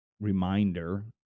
reminder